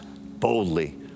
boldly